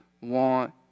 want